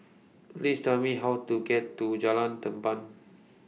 Please Tell Me How to get to Jalan Tamban